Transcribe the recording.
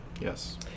Yes